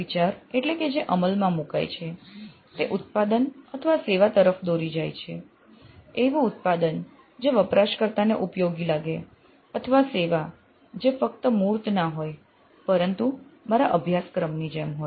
વિચાર એટલે કે જે અમલમાં મુકાય છે તે ઉત્પાદન અથવા સેવા તરફ દોરી જાય છે એવું ઉત્પાદન જે વપરાશ કર્તા ને ઉપયોગી લાગે અથવા સેવા જે ફક્ત tangible મૂર્ત ના હોય પરંતુ મારા અભ્યાસક્રમની જેમ હોય